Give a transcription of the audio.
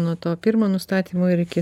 nuo to pirmo nustatymo ir iki